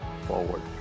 forward